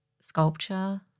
sculpture